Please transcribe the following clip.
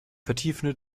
vertiefende